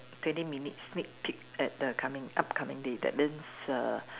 twenty minutes sneak peek at the coming upcoming day that means err